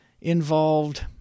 involved